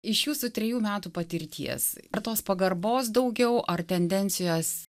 iš jūsų trijų metų patirties ar tos pagarbos daugiau ar tendencijos